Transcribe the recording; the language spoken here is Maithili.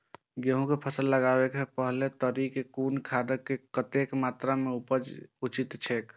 गेहूं के फसल लगाबे से पेहले तरी में कुन खादक कतेक मात्रा में उपयोग उचित छेक?